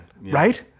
Right